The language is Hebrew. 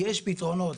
יש פתרונות,